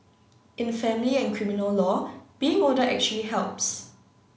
in family and criminal law being older actually helps